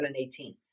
2018